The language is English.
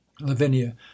lavinia